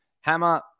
Hammer